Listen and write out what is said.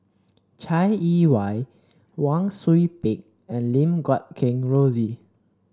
Chai Yee Wei Wang Sui Pick and Lim Guat Kheng Rosie